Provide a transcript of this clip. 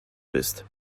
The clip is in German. bist